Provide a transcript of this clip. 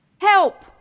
Help